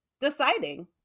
deciding